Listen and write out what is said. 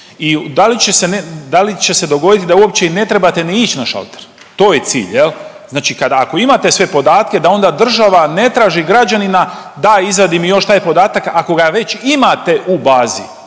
I da li će se dogoditi da uopće i ne trebate ni ić na šalter? To je cilj. Znači ako imate sve podatke da onda država ne traži građanina, da izvadi mi još taj podatak ako ga već imate u bazi.